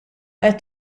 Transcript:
qed